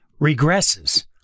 regresses